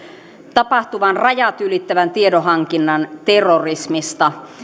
tapahtuvan rajat ylittävän tiedonhankinnan terrorismista